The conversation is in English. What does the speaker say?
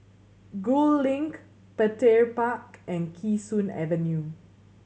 Gul Link Petir Park and Kee Sun Avenue